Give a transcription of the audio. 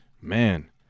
Man